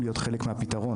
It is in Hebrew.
להיות חלק מהפתרון.